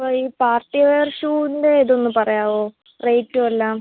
അപ്പോൾ ഈ party wear ഷൂവിൻ്റെ ഇതൊന്ന് പറയാമോ റേറ്റും എല്ലാം